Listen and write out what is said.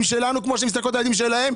שלנו כמו שהן מסתכלות על הילדים שלהן,